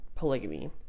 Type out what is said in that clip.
polygamy